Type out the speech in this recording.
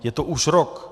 Je to už rok.